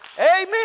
Amen